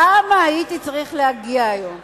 למה הייתי צריך להגיע היום?